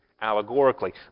allegorically